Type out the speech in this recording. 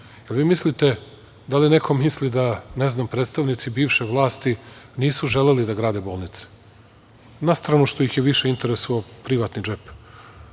budete uspešni. Da li neko misli da, ne znam, predstavnici bivše vlasti nisu želeli da grade bolnice? Na stranu što ih je više interesovao privatni džep,